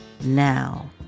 Now